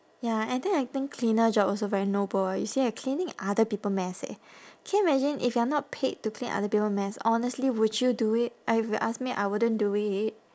ya and then I think cleaner job also very noble eh you see you're cleaning other people mess eh can you imagine if you are not paid to clean other people mess honestly would you do it I if you ask me I wouldn't do it